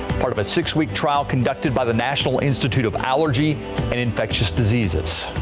part of a six-week trial conducted by the national institute of allergy and infectious diseases.